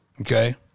Okay